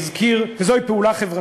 וזוהי פעולה חברתית.